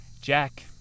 Jack